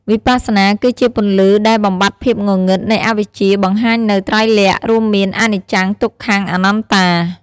វិបស្សនាគឺជាពន្លឺដែលបំបាត់ភាពងងឹតនៃអវិជ្ជា បង្ហាញនូវ ត្រៃលក្ខណ៍ រួមមាន អនិច្ចំ ទុក្ខំ អនត្តា។